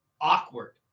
awkward